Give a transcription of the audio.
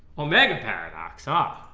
omega paradox ah